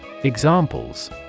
Examples